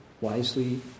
wisely